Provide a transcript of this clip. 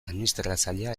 administratzailea